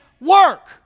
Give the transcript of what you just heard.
work